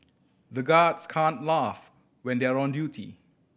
the guards can't laugh when they are on duty